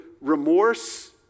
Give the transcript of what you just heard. remorse